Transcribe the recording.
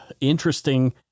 interesting